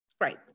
Right